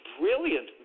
brilliant